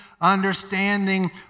understanding